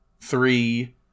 three